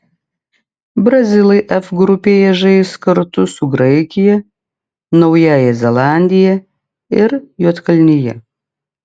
brazilai f grupėje žais kartu su graikija naująja zelandija ir juodkalnija